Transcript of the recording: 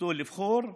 לבחור ולהיבחר,